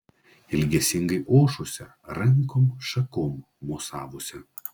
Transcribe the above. ilgesingai ošusia rankom šakom mosavusia